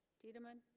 tiedemann